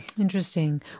Interesting